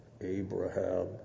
Abraham